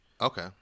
Okay